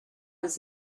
his